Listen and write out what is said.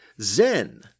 Zen